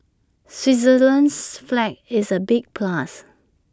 Switzerland's flag is A big plus